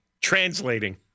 translating